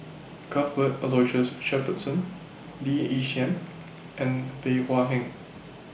Cuthbert Aloysius Shepherdson Lee Yi Shyan and Bey Hua Heng